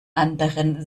anderen